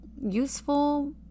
useful